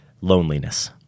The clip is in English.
loneliness